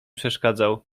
przeszkadzał